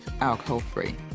alcohol-free